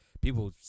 People